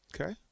Okay